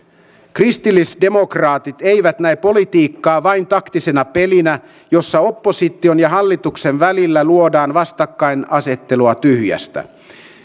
kristillisdemokraatit eivät näe politiikkaa vain taktisena pelinä jossa opposition ja hallituksen välillä luodaan vastakkainasettelua tyhjästä